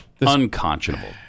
Unconscionable